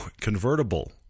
convertible